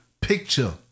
picture